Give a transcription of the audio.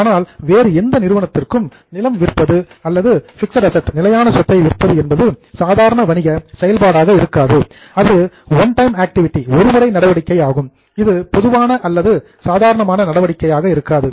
ஆனால் வேறு எந்த நிறுவனத்திற்கும் நிலம் விற்பது அல்லது பிக்ஸட் அசட் நிலையான சொத்தை விற்பது என்பது சாதாரண வணிக செயல்பாடாக இருக்காது அது ஒன் டைம் ஆக்டிவிட்டி ஒரு முறை நடவடிக்கை ஆகும் இது பொதுவான அல்லது சாதாரணமான நடவடிக்கையாக இருக்காது